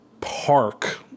park